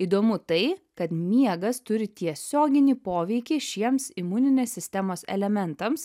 įdomu tai kad miegas turi tiesioginį poveikį šiems imuninės sistemos elementams